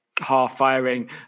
half-firing